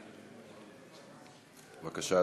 בבקשה,